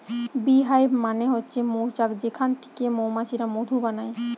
bee hive মানে হচ্ছে মৌচাক যেখান থিকে মৌমাছিরা মধু বানায়